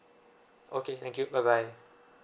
okay thank you bye bye